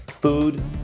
food